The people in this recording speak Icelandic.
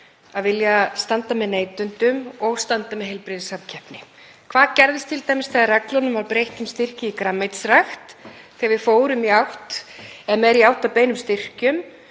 að vilja standa með neytendum og standa með heilbrigðri samkeppni. Hvað gerðist t.d. þegar reglunum var breytt um styrki í grænmetisrækt, þegar við fórum meira í átt að beinum styrkjum?